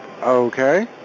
Okay